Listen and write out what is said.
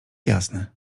jasne